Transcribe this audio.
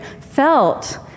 felt